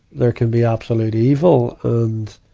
there can be absolute evil. and,